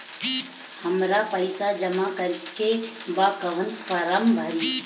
हमरा पइसा जमा करेके बा कवन फारम भरी?